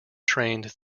trained